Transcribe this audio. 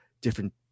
different